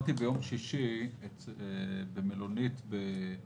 ביקרתי ביום שישי במלונית באשקלון.